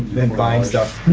then buying stuff.